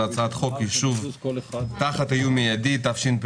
הצעת חוק ליישוב תחת איום מיידי (הוראת שעה),